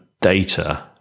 data